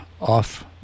off-